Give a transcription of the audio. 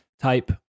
type